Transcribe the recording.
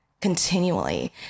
continually